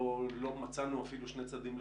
לא מצאנו אפילו שני צדדים לוויכוח,